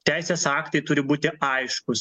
teisės aktai turi būti aiškūs